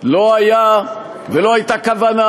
לא היה ולא הייתה כוונה,